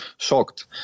shocked